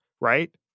right